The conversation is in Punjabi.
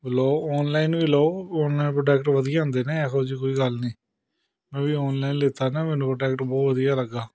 ਲਓ ਔਨਲਾਈਨ ਵੀ ਲਓ ਔਨਲਾਈਨ ਪ੍ਰੋਡਕਟ ਵਧੀਆ ਹੁੰਦੇ ਨੇ ਇਹੋ ਜਿਹੀ ਕੋਈ ਗੱਲ ਨੀ ਮੈਂ ਵੀ ਔਨਲਾਈਨ ਲਿੱਤਾ ਨਾ ਮੈਨੂੰ ਪ੍ਰੋਡਕਟ ਬਹੁਤ ਵਧੀਆ ਲੱਗਾ